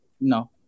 no